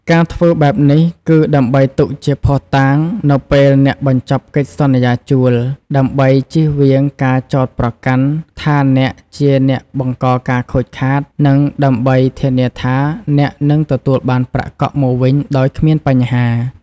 ការធ្វើបែបនេះគឺដើម្បីទុកជាភស្តុតាង នៅពេលអ្នកបញ្ចប់កិច្ចសន្យាជួល ដើម្បីជៀសវាងការចោទប្រកាន់ថាអ្នកជាអ្នកបង្កការខូចខាត និងដើម្បីធានាថាអ្នកនឹងទទួលបានប្រាក់កក់មកវិញដោយគ្មានបញ្ហា។